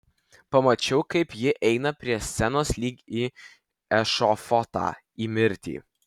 pamačiau kaip ji eina prie scenos lyg į ešafotą į mirtį